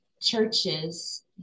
churches